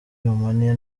romania